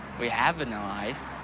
we have vanilla ice.